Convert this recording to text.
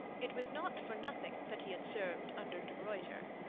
it was not for nothing that he had served under de ruyter.